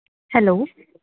hello